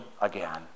again